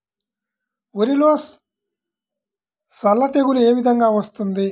వరిలో సల్ల తెగులు ఏ విధంగా వస్తుంది?